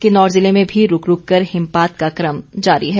किन्नौर जिले में भी रूक रूक कर हिमपात का क्रम जारी है